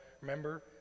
Remember